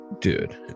dude